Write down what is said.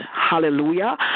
hallelujah